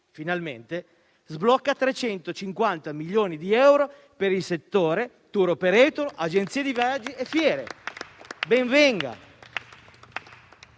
finalmente sblocca 350 milioni di euro per il settore *tour operator*, agenzie di viaggi e fiere.